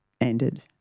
ended